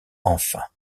enfin